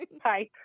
Hi